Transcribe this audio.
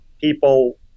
people